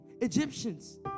Egyptians